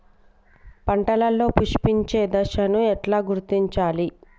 పంటలలో పుష్పించే దశను ఎట్లా గుర్తించాలి?